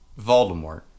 Voldemort